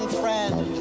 friend